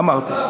אמרתי.